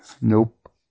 Nope